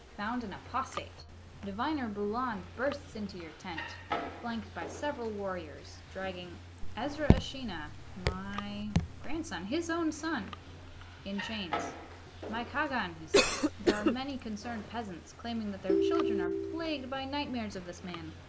found an apostate diviner bulan bursts into your tent flanked by several warriors dragging ezra shiina my grandson his own son in chains micah gan he says there are many concerned peasants claiming that their children are plagued by nightmares of this man